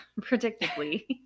predictably